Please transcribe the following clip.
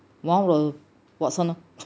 one of the watsons lor